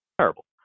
terrible